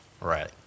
right